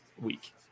week